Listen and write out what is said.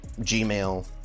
Gmail